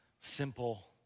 simple